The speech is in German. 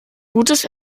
gutes